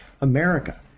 America